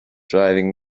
driving